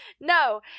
No